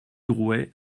drouet